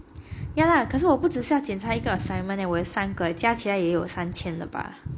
ya lah 可是我不只是要检查一个 assignment 勒我有三个加起来也有三千了吧